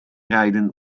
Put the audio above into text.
rijden